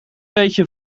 beetje